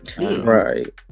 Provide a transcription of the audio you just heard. Right